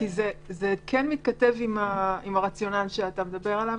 זה כן מתכתב עם הרציונל שאתה מדבר עליו.